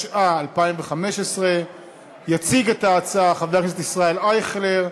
35. 35, גם את חבר הכנסת עמיר פרץ,